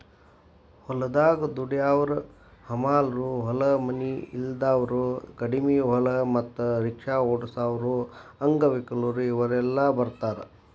ಹೊಲದಾಗ ದುಡ್ಯಾವರ ಹಮಾಲರು ಹೊಲ ಮನಿ ಇಲ್ದಾವರು ಕಡಿಮಿ ಹೊಲ ಮತ್ತ ರಿಕ್ಷಾ ಓಡಸಾವರು ಅಂಗವಿಕಲರು ಇವರೆಲ್ಲ ಬರ್ತಾರ